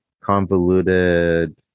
convoluted